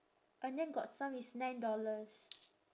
and then got some is nine dollars